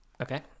okay